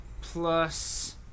plus